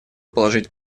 положить